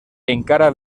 encara